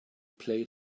play